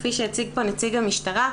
כפי שהציג כאן נציג המשטרה,